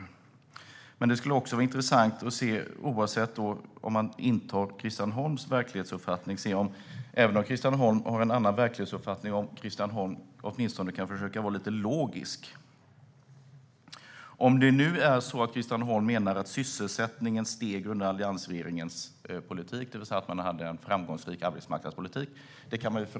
Även om Christian Holm har en annan verklighetsuppfattning vore det intressant om han åtminstone kunde vara lite logisk. Christian Holm menar att sysselsättningen steg med alliansregeringens politik eftersom man hade en framgångsrik arbetsmarknadspolitik.